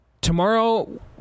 Tomorrow